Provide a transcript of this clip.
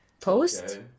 Post